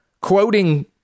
quoting